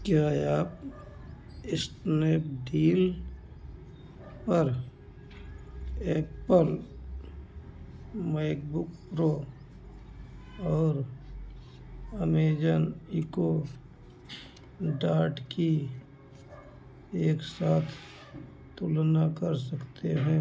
क्या आप स्नैपडील पर एप्पल मैकबुक प्रो और अमेज़न इको डॉट की एक साथ तुलना कर सकते हैं